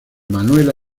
manuela